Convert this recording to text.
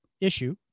issue